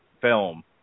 film